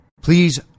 Please